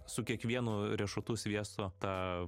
su kiekvienu riešutų sviesto tą